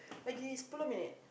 minute